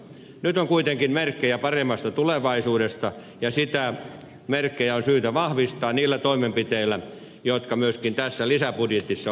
nyt on kuitenkin merkkejä paremmasta tulevaisuudesta ja niitä merkkejä on syytä vahvistaa niillä toimenpiteillä jotka myöskin tässä lisäbudjetissa ovat esillä